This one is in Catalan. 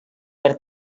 per